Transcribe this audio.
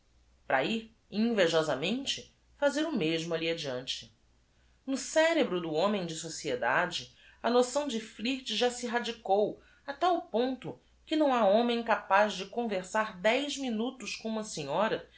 i r invejo saniente lazer o mesmo a l l i ade ante o cerebio do homem de soeie dade a noção de f l i i t já se radicou a t a l ponto que nã ha homem capaz de conversar dez minutos com uma senhora